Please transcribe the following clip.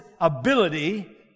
ability